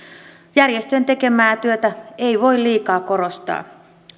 järjestöjen tekemää työtä ei voi liikaa korostaa